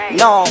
no